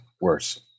worse